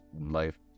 life